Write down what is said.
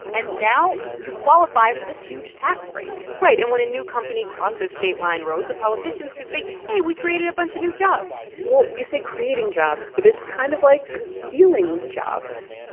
and now you qualify for this huge tax break right. and when a new company crosses state line road, the politicians could say, hey, we created a bunch of new jobs well, you say creating jobs, but it's kind of like stealing jobs